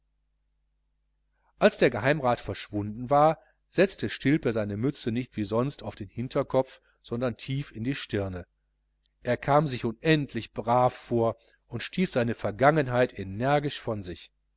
als der geheimrat verschwunden war setzte stilpe seine mütze nicht wie sonst auf den hinterkopf sondern tief in die stirne er kam sich unendlich brav vor und stieß seine vergangenheit energisch von sich